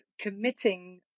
committing